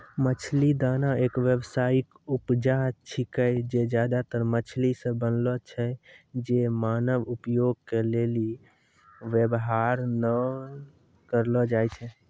मछली दाना एक व्यावसायिक उपजा छिकै जे ज्यादातर मछली से बनलो छै जे मानव उपभोग के लेली वेवहार नै करलो जाय छै